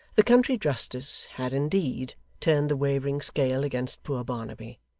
the country justice had indeed turned the wavering scale against poor barnaby,